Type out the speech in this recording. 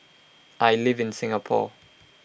I live in Singapore